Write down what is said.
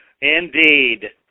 Indeed